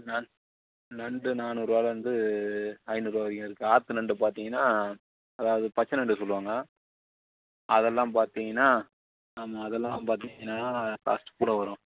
ந நண்டு நாநூறுரூவாய்லேந்து ஐந்நூறுரூவா வரைக்கும் இருக்குது ஆற்று நண்டு பார்த்தீங்கன்னா அது அது பச்சை நண்டு சொல்லுவாங்க அதெல்லாம் பார்த்தீங்கன்னா ஆமாம் அதெல்லாம் பார்த்தீங்கன்னா காஸ்ட் கூட வரும்